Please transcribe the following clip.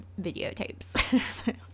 videotapes